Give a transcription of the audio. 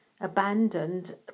Abandoned